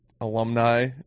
alumni